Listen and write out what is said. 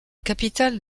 capitale